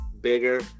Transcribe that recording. bigger